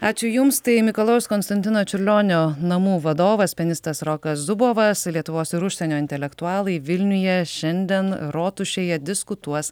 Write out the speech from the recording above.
ačiū jums tai mikalojaus konstantino čiurlionio namų vadovas pianistas rokas zubovas lietuvos ir užsienio intelektualai vilniuje šiandien rotušėje diskutuos